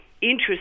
interest